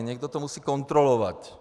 Někdo to musí kontrolovat.